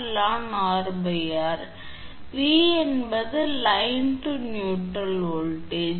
𝑟 V என்பது line to neutral voltage